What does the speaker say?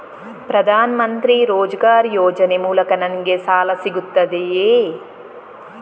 ಪ್ರದಾನ್ ಮಂತ್ರಿ ರೋಜ್ಗರ್ ಯೋಜನೆ ಮೂಲಕ ನನ್ಗೆ ಸಾಲ ಸಿಗುತ್ತದೆಯೇ?